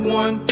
one